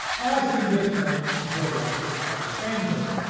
i seem to have turned into a roger crowley fanboy,